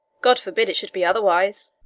god forbid it should be otherwise.